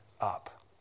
up